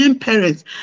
parents